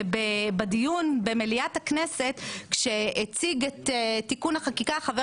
בדיון במליאת הכנסת כשהציג את תיקון החקיקה חבר